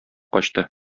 качты